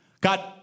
God